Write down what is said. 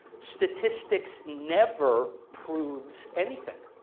statistics never proves anything.